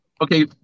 okay